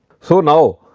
so, now,